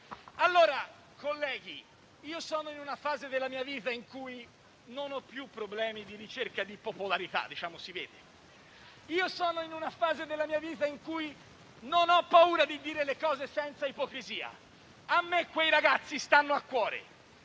Colleghi, sono in una fase della mia vita in cui non ho più problemi di ricerca di popolarità, e si vede; sono in una fase della mia vita in cui non ho paura di dire le cose senza ipocrisia. A me quei ragazzi stanno a cuore.